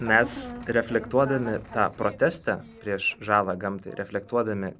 mes reflektuodami tą protestą prieš žalą gamtai reflektuodami